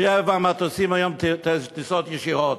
שבעה מטוסים היום, טיסות ישירות,